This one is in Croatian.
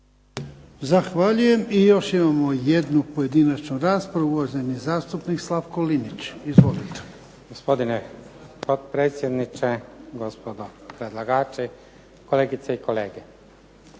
Zahvaljujem. I još imamo jednu pojedinačnu raspravu, uvaženi zastupnik Slavko Linić. Izvolite. **Linić, Slavko (SDP)** Gospodine potpredsjedniče, gospodo predlagači, kolegice i kolege.